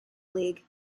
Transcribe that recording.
league